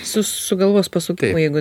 su su galvos pasukimu jeigu